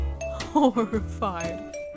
Horrified